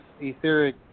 etheric